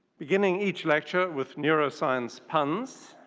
beginning each lecture with neuroscience puns,